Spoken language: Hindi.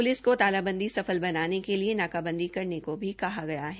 प्लिस को तालाबंदी सफल बनाने के लिए नाकाबंदी करने को कहा गया है